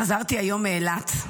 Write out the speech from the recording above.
חזרתי היום מאילת,